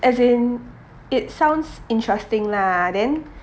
as in it sounds interesting lah then